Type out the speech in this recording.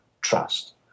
trust